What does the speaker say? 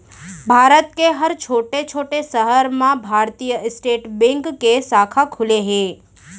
भारत के हर छोटे छोटे सहर म भारतीय स्टेट बेंक के साखा खुले हे